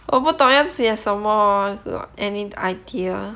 我不懂要写什么 err la~ any idea